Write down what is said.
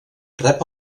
rep